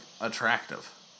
attractive